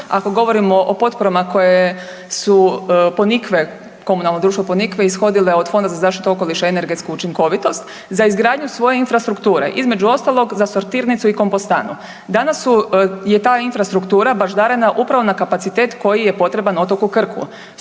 ako govorimo o potporama koje su Ponikve komunalno društvo Ponikve ishodile od Fonda za zaštitu okoliša i energetsku učinkovitost za izgradnju svoje infrastrukture. Između ostalog za sortirnicu i kompostanu. Danas je ta infrastruktura baždarena upravo na kapacitet koji je potreban otoku Krku.